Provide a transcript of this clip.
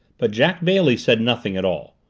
but jack bailey said nothing at all.